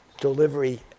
delivery